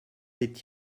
est